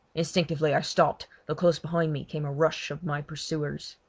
instinctively i stopped, though close behind me came a rush of my pursuers.